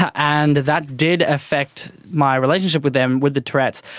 and that did affect my relationship with them with the tourette's,